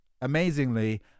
amazingly